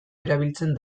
erabiltzen